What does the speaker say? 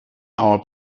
our